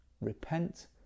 repent